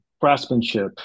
craftsmanship